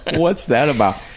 what's that about?